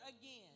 again